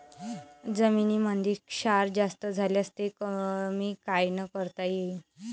जमीनीमंदी क्षार जास्त झाल्यास ते कमी कायनं करता येईन?